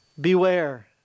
Beware